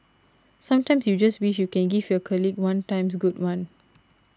sometimes you just wish you can give your colleague one times good one